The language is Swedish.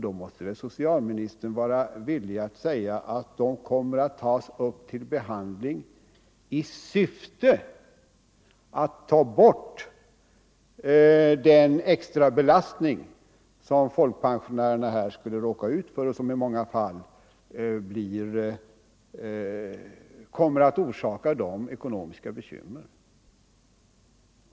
Då borde väl socialministern vara villig att säga att frågan kommer att tas upp till behandling i syfte att ta bort den extra belastning som folkpensionärerna skulle råka ut för och som i många fall skulle orsaka dem ekonomiska bekymmer.